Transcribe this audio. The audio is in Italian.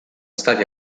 stati